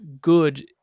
good